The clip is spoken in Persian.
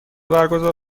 برگزار